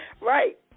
right